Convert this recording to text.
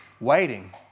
waiting